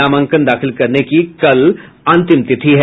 नामांकन दाखिल करने की कल अंतिम तिथि है